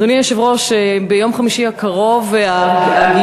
אדוני היושב-ראש, ביום חמישי הקרוב, את